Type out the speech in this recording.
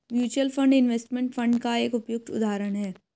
mutual fund investment fund का एक उपयुक्त उदाहरण है